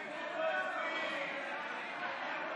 היו"ר יבגני סובה: